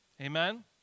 Amen